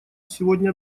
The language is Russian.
сегодня